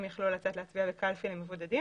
אל יוכלו לצאת להצביע בקלפי למבודדים